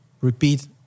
repeat